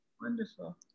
Wonderful